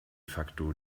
facto